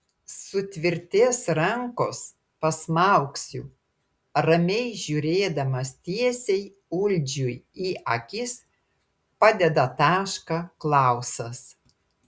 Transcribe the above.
sutvirtės rankos pasmaugsiu ramiai žiūrėdamas tiesiai uldžiui į akis padeda tašką klausas